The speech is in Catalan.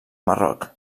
marroc